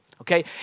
okay